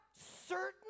certain